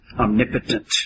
omnipotent